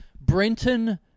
Brenton